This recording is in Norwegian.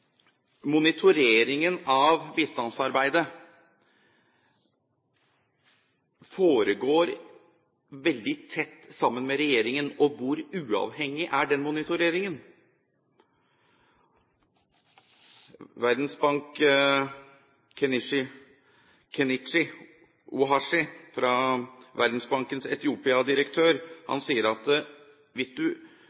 Monitoreringen av bistandsarbeidet foregår veldig tett sammen med regjeringen. Hvor uavhengig er den monitoreringen? Verdensbankens